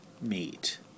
meet